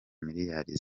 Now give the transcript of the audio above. miliyari